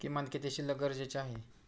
किमान किती शिल्लक गरजेची आहे?